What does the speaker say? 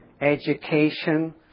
education